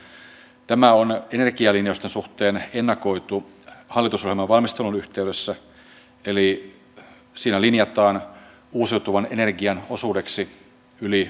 silloin kuntien velat kasvoivat verot kiristyivät irtisanomisia oli ja palvelut heikkenivät tästä johtuen ja eriarvoisuuskin varmasti kasvoi